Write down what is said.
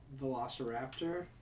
Velociraptor